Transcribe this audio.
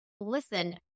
Listen